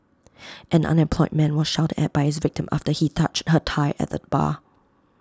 an unemployed man was shouted at by his victim after he touched her thigh at A bar